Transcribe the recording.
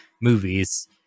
movies